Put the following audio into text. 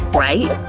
right?